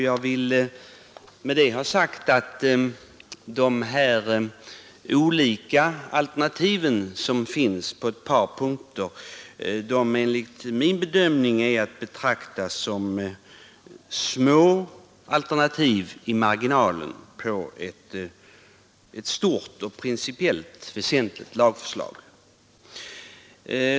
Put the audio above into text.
Jag vill därmed ha sagt att de olika alternativ som finns på ett par punkter enligt min bedömning är att betrakta såsom små alternativ i marginalen till ett stort och principiellt väsentligt lagförslag.